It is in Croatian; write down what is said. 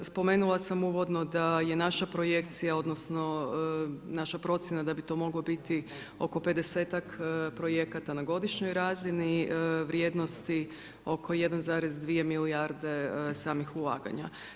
Spomenula sam uvodno, da je naša projekcija, odnosno, naša procjena da bi to moglo biti oko 50-tak projekata na godišnjoj razini, vrijednosti oko 1,2 milijarde samih ulaganja.